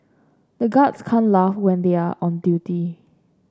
the guards can't laugh when they are on duty